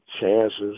chances